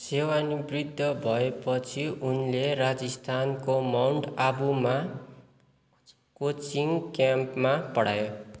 सेवानिवृत्त भएपछि उनले राजस्थानको माउन्ट आबुमा कोचिङ क्याम्पमा पढायो